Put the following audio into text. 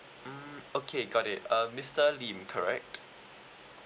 mm okay got it uh mister lim correct